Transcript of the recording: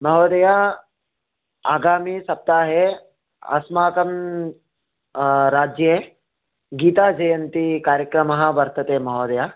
महोदय आगामीसप्ताहे अस्माकं राज्ये गीताजयन्ती कार्यक्रमः वर्तते महोदय